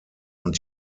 und